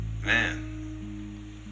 man